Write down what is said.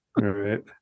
right